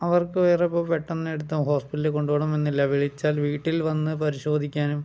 അവർക്ക് വേറെ ഇപ്പോൾ പെട്ടെന്ന് എടുത്ത് ഹോസ്പിറ്റലിൽ കൊണ്ട് പോകണം എന്നില്ല വിളിച്ചാൽ വീട്ടിൽ വന്ന് പരിശോധിക്കാനും